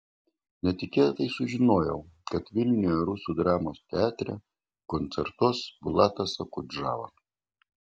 netikėtai sužinojau kad vilniuje rusų dramos teatre koncertuos bulatas okudžava